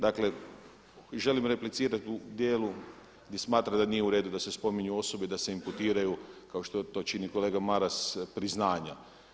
Dakle, želim replicirati u dijelu gdje smatram da nije u redu da se spominju osobe, da se imputiraju kao što to čini kolega Maras priznanja.